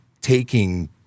taking